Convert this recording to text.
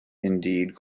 indeed